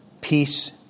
Peace